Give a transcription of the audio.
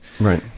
right